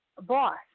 boss